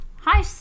hi